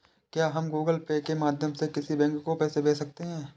क्या हम Google Pay के माध्यम से किसी बैंक को पैसे भेज सकते हैं?